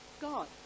God